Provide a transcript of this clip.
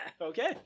Okay